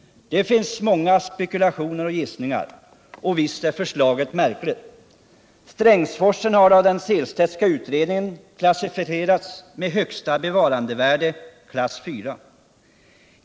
Det finns många spekulationer och gissningar, och visst är förslaget märkligt. Strängsforsen har av den Sehlstedtska utredningen klassificerats med högsta bevarandevärde, klass 4.